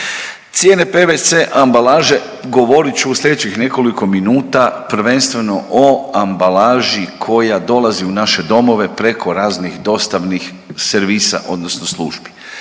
Cijene pvc ambalaže, govorit ću u slijedećih nekoliko minuta prvenstveno o ambalaži koja dolazi u naše domove preko raznih dostavnih servisa odnosno službi.